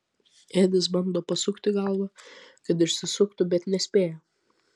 edis bando pasukti galvą kad išsisuktų bet nespėja